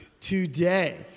today